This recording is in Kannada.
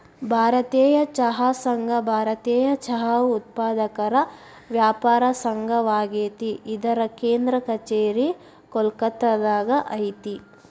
ಭಾರತೇಯ ಚಹಾ ಸಂಘ ಭಾರತೇಯ ಚಹಾ ಉತ್ಪಾದಕರ ವ್ಯಾಪಾರ ಸಂಘವಾಗೇತಿ ಇದರ ಕೇಂದ್ರ ಕಛೇರಿ ಕೋಲ್ಕತ್ತಾದಾಗ ಐತಿ